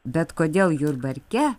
bet kodėl jurbarke